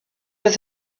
does